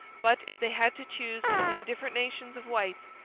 but, if they had to choose between different nations of whites,